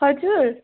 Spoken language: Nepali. हजुर